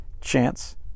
chance